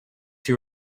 you